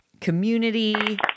community